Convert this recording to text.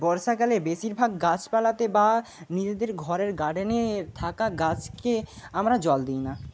বর্ষাকালে বেশিরভাগ গাছপালাতে বা নিজেদের ঘরের গার্ডেনে থাকা গাছকে আমরা জল দিই না